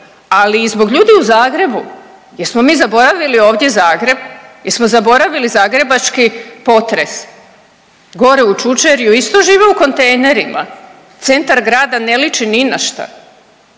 ali i zbog ljudi u Zagrebu. Jesmo mi zaboravili ovdje Zagreb, jesmo zaboravili zagrebački potres? Gore u Čučerju isto žive u kontejnerima, centar grada ne liči ni na šta,